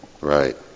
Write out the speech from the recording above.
Right